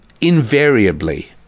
invariably